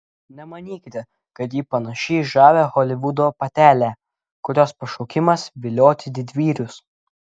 nemanykite kad ji panaši į žavią holivudo patelę kurios pašaukimas vilioti didvyrius